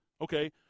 Okay